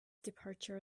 departure